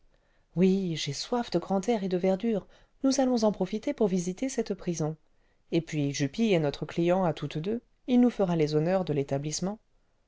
oui j'ai soif de grand air et de verdure nous allons en profiter pour visiter cette prison et puis jupille est notre client à toutes deux il nous fera les honneurs de l'établissement